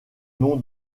nom